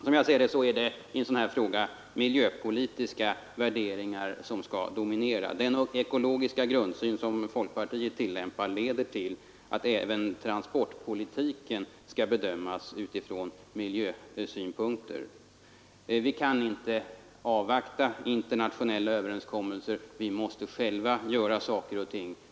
Som jag ser det är det i en sådan här fråga miljöpolitiska värderingar som skall dominera. Den ekologiska grundsyn som folkpartiet tillämpar leder till att även transportpolitiken skall bedömas utifrån miljösynpunkter. Vi kan inte avvakta internationella överenskommelser. Vi måste själva göra saker och ting.